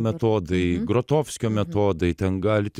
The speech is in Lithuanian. metodai grotofskio metodai ten galit